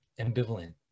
ambivalent